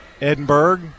Edinburgh